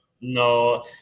no